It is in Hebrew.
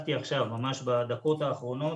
בדקתי עכשיו, ממש בדקות האחרונות,